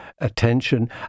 attention